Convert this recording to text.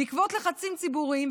בעקבות לחצים ציבוריים,